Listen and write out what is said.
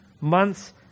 months